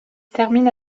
terminent